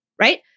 right